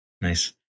nice